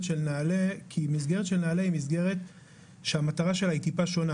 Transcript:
של נעל"ה כי המסגרת של נעל"ה זו מסגרת שהמטרה שלה מעט שונה.